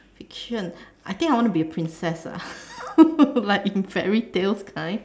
fiction I think I want to be a princess ah like in fairy tales kind